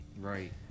Right